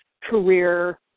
career